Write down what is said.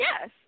yes